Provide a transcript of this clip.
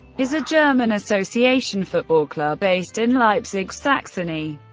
is a german association football club based in leipzig, saxony.